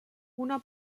una